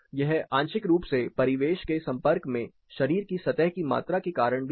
यह आंशिक रूप से परिवेश के संपर्क में शरीर की सतह की मात्रा के कारण भी है